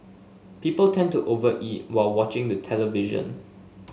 people tend to over eat while watching the television